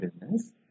business